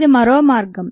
ఇది మరో మార్గం